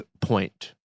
point